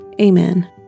Amen